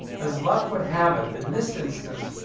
as luck would have it, in this instance,